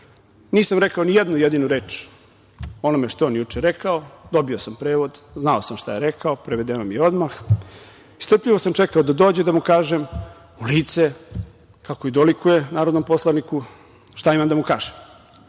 Nisam rekao nijednu jedinu reč o onome što je on juče rekao. Dobio sam prevod, znao sam šta je rekao, prevedeno mi je odmah, strpljivo sam čekao da dođe da mu kažem u lice, kako i dolikuje narodnom poslaniku, šta imam da mu kažem.